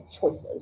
choices